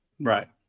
Right